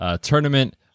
tournament